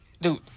Dude